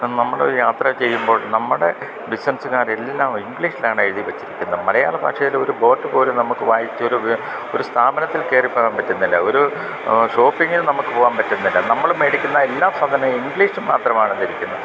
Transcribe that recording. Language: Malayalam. നമ്മളൊരു യാത്ര ചെയ്യുമ്പോൾ നമ്മുടെ ബിസ്നസ്സ്കാരെല്ലാം ഇങ്ക്ളീഷിലാണ് എഴുതി വച്ചിരിക്കുന്നത് മലയാള ഭാഷയിലൊരു ബോട്ട് പോലും നമുക്ക് വായിച്ചൊരു ഒരു സ്ഥാപനത്തിൽ കയറിപ്പോകാൻ പറ്റുന്നില്ല ഒരു ഷോപ്പിങ്ങിന് നമക്ക് പോവാൻ പറ്റുന്നില്ല നമ്മൾ മേടിക്കുന്ന എല്ലാ സാധനവും ഇങ്ക്ളീഷ് മാത്രമാണ് എഴുതിയിരിക്കുന്നത്